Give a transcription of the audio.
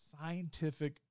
Scientific